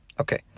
Okay